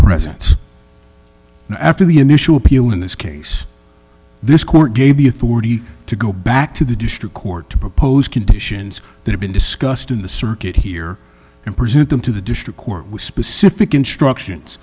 presents after the initial appeal in this case this court gave the authority to go back to the district court to propose conditions that have been discussed in the circuit here and present them to the district court with specific instructions